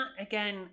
again